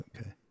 okay